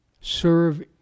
serve